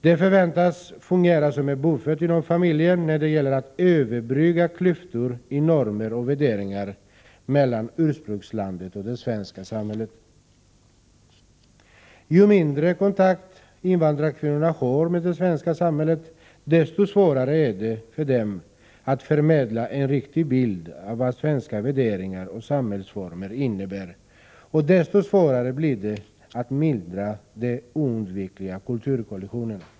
De förväntas fungera som en buffert inom familjen när det gäller att överbrygga klyftor i normer och värderingar mellan ursprungslandet och det svenska samhället. Ju mindre kontakt invandrarkvinnorna får med det svenska samhället, desto svårare är det för dem att förmedla en riktig bild av vad svenska värderingar och samhällsformer innebär, och desto svårare blir det att mildra den oundvikliga kulturkollisionen.